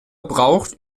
braucht